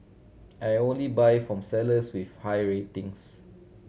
I only buy from sellers with high ratings